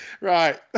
Right